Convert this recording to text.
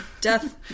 Death